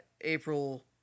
April